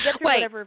Wait